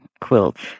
quilts